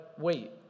wait